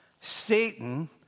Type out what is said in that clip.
Satan